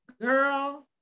Girl